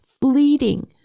fleeting